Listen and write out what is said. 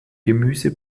gemüse